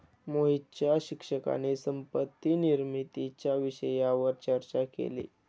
मोहितच्या शिक्षकाने संपत्ती निर्मितीच्या विषयावर चर्चा केली